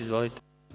Izvolite.